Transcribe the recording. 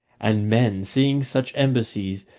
and men, seeing such embassies,